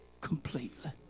completely